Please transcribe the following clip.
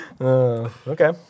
Okay